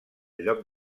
lloc